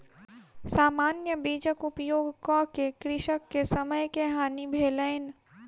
सामान्य बीजक उपयोग कअ के कृषक के समय के हानि भेलैन